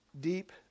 deep